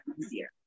easier